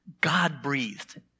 God-breathed